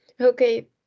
Okay